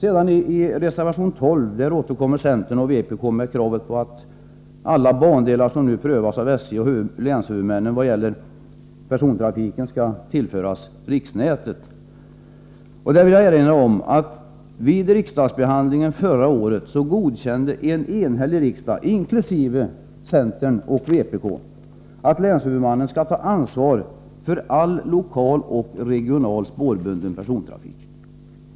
I reservation 12 återkommer centern och vpk med kravet på att alla bandelar som nu prövas av SJ och länshuvudmännen vad gäller persontrafiken skall tillföras riksnätet. Jag vill erinra om att vid riksdagsbehandlingen förra året en enhällig riksdag inkl. centern och vpk godkände att länshuvudmannen skall ta ansvar för all lokal och regional spårbunden persontrafik.